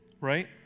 right